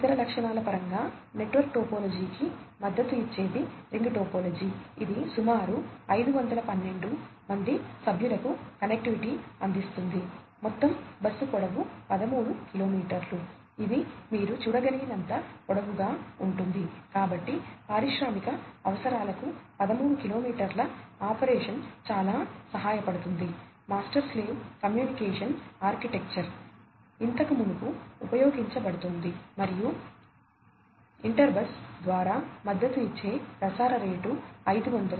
ఇతర లక్షణాల పరంగా నెట్వర్క్ టోపోలాజీకి ఇంతకు మునుపు ఉపయోగించబడుతోంది మరియు ఇంటర్ బస్సు ద్వారా మద్దతు ఇచ్చే ప్రసార రేటు 500 kbps